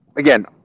Again